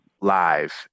live